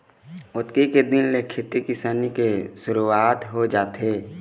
अक्ती के दिन ले खेती किसानी के सुरूवात हो जाथे